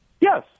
Yes